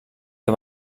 que